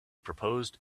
proposed